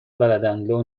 بلدن، لو